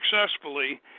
successfully